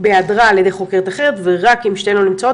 ובעדרה על ידי חוקרת אחרת ורק אם שתיהן לא נמצאות,